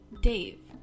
Dave